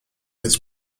his